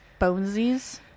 Bonesies